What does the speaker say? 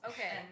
Okay